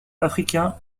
africain